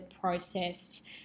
processed